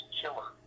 killer